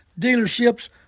dealerships